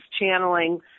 channeling